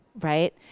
right